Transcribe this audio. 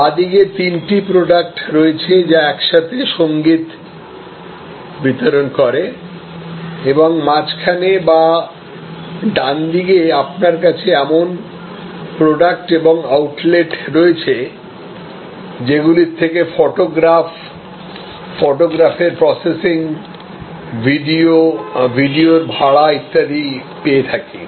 বা দিকে তিনটি প্রডাক্ট রয়েছে যা একসাথে সংগীত বিতরণ করে এবং মাঝখানে বা ডানদিকে আপনার কাছে এমন প্রডাক্ট এবং আউটলেট রয়েছে যে গুলির থেকে ফটোগ্রাফ ফটোগ্রাফের প্রসেসিং ভিডিও ভিডিওর ভাড়া ইত্যাদি পেয়ে থাকি